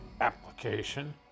application